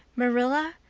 marilla,